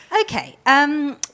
Okay